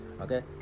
okay